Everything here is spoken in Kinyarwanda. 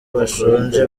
bashonje